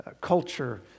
culture